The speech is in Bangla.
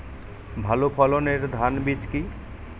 ভালো ফলনের ধান বীজ কি?